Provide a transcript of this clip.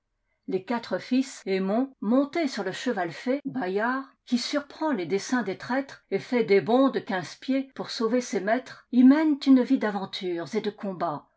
les quatre fils aymon montés sur le cheval fée bayard qui surprend les desseins des traîtres et fait des bonds de quinze pieds pour sauver ses maîtres y mènent une vie d'aventures et de combats